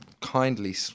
kindly